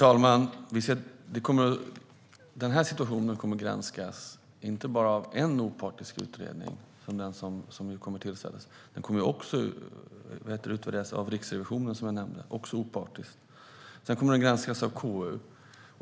Herr talman! Den här situationen kommer inte bara att granskas av den opartiska utredning som nu kommer att tillsättas. Den kommer också att utvärderas opartiskt av Riksrevisionen, som jag nämnde. Sedan kommer den att granskas av KU.